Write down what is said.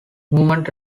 movement